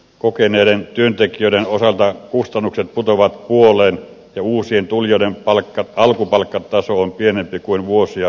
kokeneiden työntekijöiden osalta kustannukset putoavat puoleen ja uusien tulijoiden alkupalkkataso on pienempi kuin vuosia työelämässä olleiden